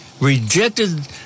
rejected